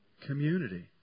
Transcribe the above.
Community